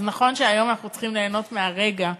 אז נכון שהיום אנחנו צריכים ליהנות מהרגע,